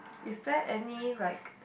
is there any like